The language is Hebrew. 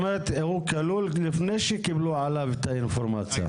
הוא כלול לפני שקיבלו עליו את האינפורמציה.